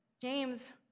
James